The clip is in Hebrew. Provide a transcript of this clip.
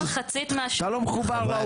אתה לא מחובר לעובדות.